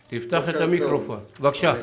בבקשה.